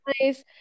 nice